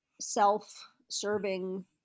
self-serving